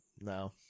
no